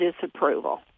disapproval